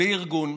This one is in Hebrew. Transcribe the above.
בלי ארגון,